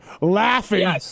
laughing